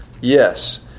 Yes